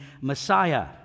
Messiah